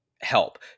help